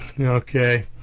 okay